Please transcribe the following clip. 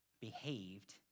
behaved